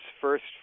first